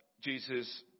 Jesus